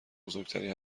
بزرگتری